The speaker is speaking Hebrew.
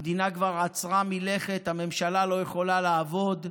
המדינה כבר עצרה מלכת, הממשלה לא יכולה לעבוד,